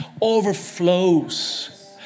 overflows